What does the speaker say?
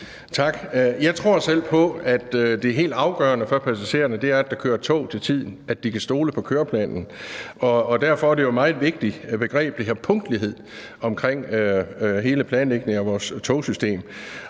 Tak. Jeg tror selv på, at det helt afgørende for passagererne er, at der kører tog til tiden, at de kan stole på køreplanen, og derfor er der jo et meget vigtigt begreb, der hedder punktlighed omkring hele planlægningen af vores togsystem.